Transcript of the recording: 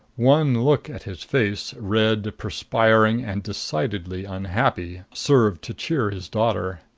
one look at his face red, perspiring and decidedly unhappy served to cheer his daughter.